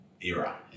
era